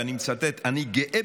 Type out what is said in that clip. ואני מצטט: "אני גאה